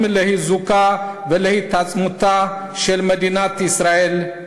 לחיזוקה ולהתעצמותה של מדינת ישראל,